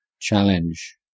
challenge